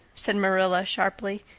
said marilla sharply,